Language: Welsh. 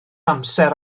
amser